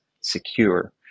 secure